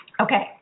Okay